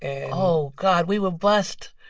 and oh, god, we were blessed.